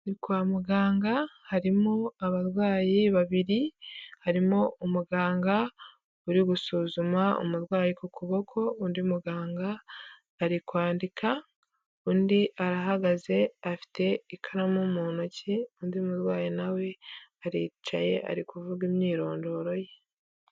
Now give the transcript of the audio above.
Ni kwa muganga harimo abarwayi babiri, harimo umuganga uri gusuzuma umurwayi ku kuboko, undi muganga ari kwandika, undi arahagaze afite ikaramu mu ntoki, undi murwayi nawe aricaye ari kuvuga imyirondoro ye.